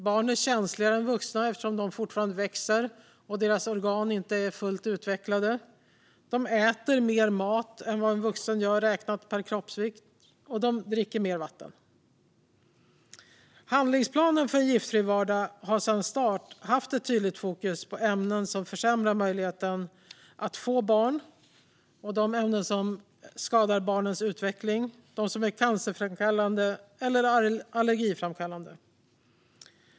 Barn är känsligare än vuxna eftersom de fortfarande växer och deras organ inte är fullt utvecklade. De äter mer mat än en vuxen i förhållande till sin kroppsvikt, och de dricker mer vatten. Handlingsplanen för en giftfri vardag har sedan start haft ett tydligt fokus på ämnen som försämrar möjligheten att få barn, ämnen som skadar barns utveckling och ämnen som är cancerframkallande eller allergiframkallande.